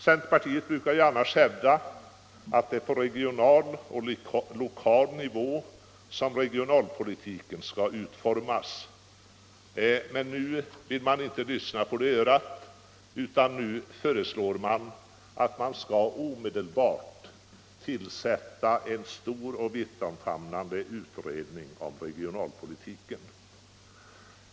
Centerpartiet brukar ju annars hävda att det är på regional och lokal nivå som regionalpolitiken skall utformas. Men nu vill man inte lyssna på det örat utan föreslår att vi omedelbart skall tillsätta en stor och vittfamnande utredning om regionalpolitiken.